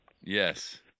Yes